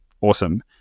Awesome